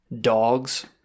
dogs